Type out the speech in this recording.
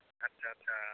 आत्सा आत्सा